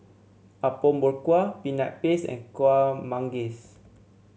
Apom Berkuah Peanut Paste and Kueh Manggis